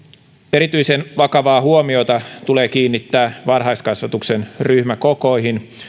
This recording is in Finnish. erityisen vakavaa huomiota tulee kiinnittää varhaiskasvatuksen ryhmäkokoihin